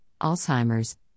Alzheimer's